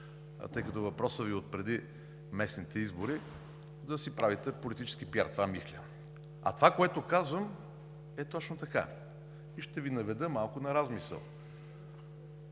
тъй като въпросът Ви е от преди местните избори, да си правите политически пиар. Това мисля. А това, което казвам, е точно така и ще Ви наведа малко на размисъл.